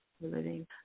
living